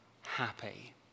happy